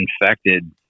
infected